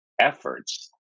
efforts